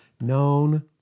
known